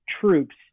troops